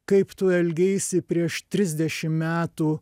kaip tu elgeisi prieš trisdešim metų